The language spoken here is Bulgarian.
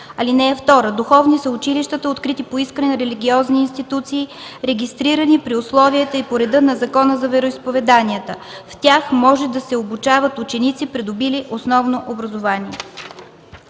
училища. (2) Духовни са училищата, открити по искане на религиозни институции, регистрирани при условията и по реда на Закона за вероизповеданията. В тях може да се обучават ученици, придобили основно образование.”